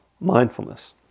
mindfulness